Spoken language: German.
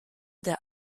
der